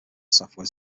software